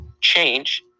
change